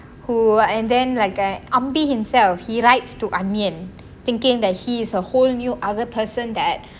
who err and then like guy an ambi himself he writes to anniyan thinking that he is a whole new other person that